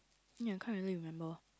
ya can't really remember